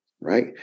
right